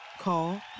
Call